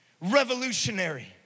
revolutionary